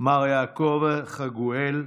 מר יעקב חגואל,